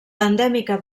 endèmica